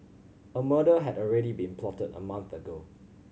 a murder had already been plotted a month ago